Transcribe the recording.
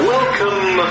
Welcome